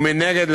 ומנגד,